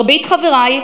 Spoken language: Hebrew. מרבית חברי,